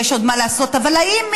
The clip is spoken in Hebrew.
יש עוד מה לעשות,